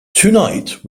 tonight